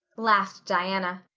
laughed diana.